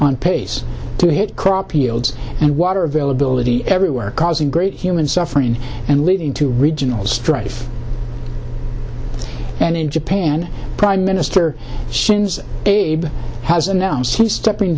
on pace to hit crop yields and water availability everywhere causing great human suffering and leading to regional strife and in japan prime minister shinzo abe has announced he's stepping